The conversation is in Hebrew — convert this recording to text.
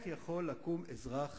יכול לקום אזרח